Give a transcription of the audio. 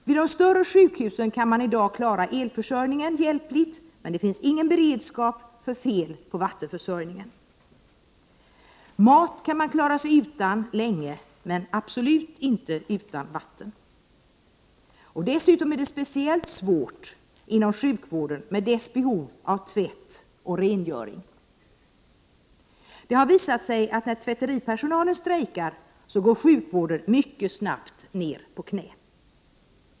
Vid de större sjukhusen kan man i dag klara elförsörjningen hjälpligt, men det finns ingen beredskap för fel på vattenförsörjningen. Mat kan man klara sig utan länge, men man kan absolut inte klara sig utan vatten. Speciellt svårt blir det inom sjukvården med dess behov av tvätt och rengöring. Det har visat sig att när tvätteripersonalen strejkar, går sjukvården mycket snabbt ner på knä.